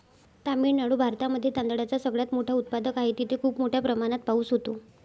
तामिळनाडू भारतामध्ये तांदळाचा सगळ्यात मोठा उत्पादक आहे, तिथे खूप मोठ्या प्रमाणात पाऊस होतो